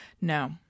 No